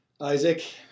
Isaac